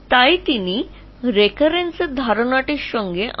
সুতরাং তিনি পুনরাবৃত্তির ধারণাটি প্রবর্তন করেছিলেন